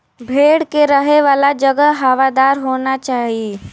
भेड़ के रहे वाला जगह हवादार होना चाही